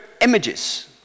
images